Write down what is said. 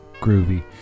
groovy